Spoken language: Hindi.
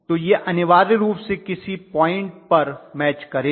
तो यह अनिवार्य रूप से किसी पॉइंट पर मैच करेगा